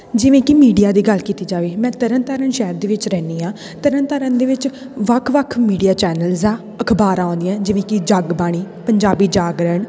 ਜਿਵੇਂ ਕਿ ਮੀਡੀਆ ਦੀ ਗੱਲ ਕੀਤੀ ਜਾਵੇ ਮੈਂ ਤਰਨ ਤਾਰਨ ਸ਼ਹਿਰ ਦੇ ਵਿੱਚ ਰਹਿੰਦੀ ਹਾਂ ਤਰਨ ਤਾਰਨ ਦੇ ਵਿੱਚ ਵੱਖ ਵੱਖ ਮੀਡੀਆ ਚੈਨਲਸ ਆ ਅਖ਼ਬਾਰਾਂ ਆਉਂਦੀਆਂ ਜਿਵੇਂ ਕਿ ਜੱਗ ਬਾਣੀ ਪੰਜਾਬੀ ਜਾਗਰਣ